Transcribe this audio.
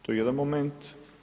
To je jedan moment.